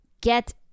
get